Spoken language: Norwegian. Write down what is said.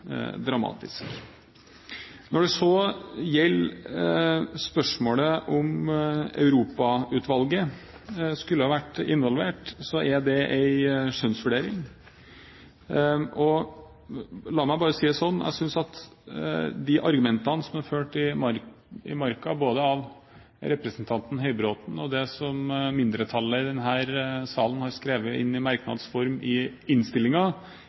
Når det så gjelder spørsmålet om Europautvalget skulle vært involvert, er det en skjønnsvurdering. La meg bare si det sånn: Jeg synes at de argumentene som er ført i marken av representanten Høybråten og det som mindretallet i denne salen har skrevet inn i merknads form i